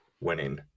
winning